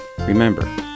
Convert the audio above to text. Remember